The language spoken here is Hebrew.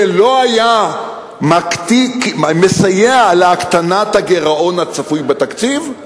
זה לא היה מסייע להקטנת הגירעון הצפוי בתקציב?